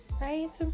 right